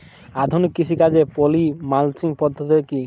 আধুনিক কৃষিকাজে poly mulching পদ্ধতি কি?